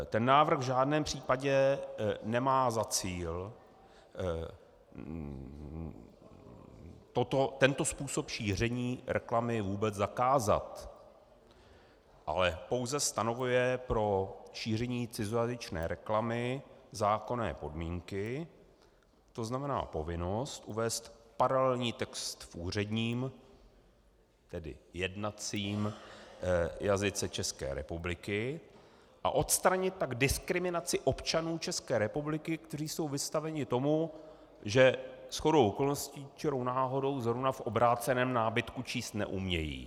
Ten návrh v žádném případě nemá za cíl tento způsob šíření reklamy vůbec zakázat, ale pouze stanovuje pro šíření cizojazyčné reklamy zákonné podmínky, tzn. povinnost uvést paralelně text v úředním, tedy v jednacím jazyce České republiky, a odstranit tak diskriminaci občanů České republiky, kteří jsou vystaveni tomu, že shodou okolností čirou náhodou zrovna v obráceném nábytku číst neumějí.